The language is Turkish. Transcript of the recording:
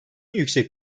yüksek